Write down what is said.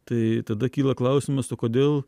tai tada kyla klausimas o kodėl